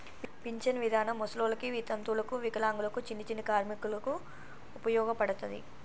pension విధానం ముసలోళ్ళకి వితంతువులకు వికలాంగులకు చిన్ని చిన్ని కార్మికులకు ఉపయోగపడతది